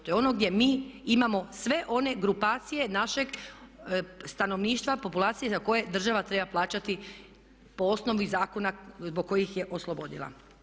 To je ono gdje mi imamo sve one grupacije našeg stanovništva, populacije za koje država treba plaćati po osnovi zakona zbog kojih ih je oslobodila.